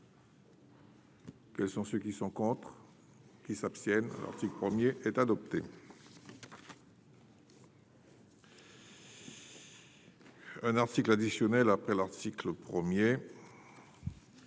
Quels sont ceux qui sont contre, qui s'abstiennent article 1er est adopté. Un article additionnel après l'article 1er.